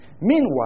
Meanwhile